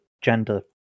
gender